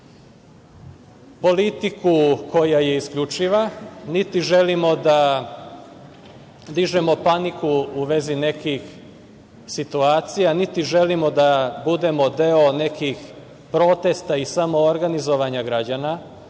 politiku koja je isključiva, niti želimo da dižemo paniku u vezi nekih situacija, niti želimo da budemo deo nekih protesta i samoorganizovanja građana,